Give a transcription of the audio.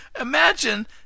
Imagine